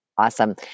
Awesome